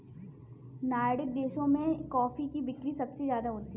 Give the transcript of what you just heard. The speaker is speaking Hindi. नार्डिक देशों में कॉफी की बिक्री सबसे ज्यादा होती है